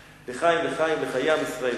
לחיים, לחיים, לחיי עם ישראל.